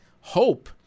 hope